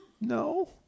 No